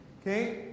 okay